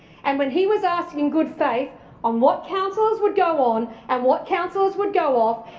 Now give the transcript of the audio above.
and when he was asked in good faith on what councillors would go on and what councillors would go off,